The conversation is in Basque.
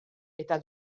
eta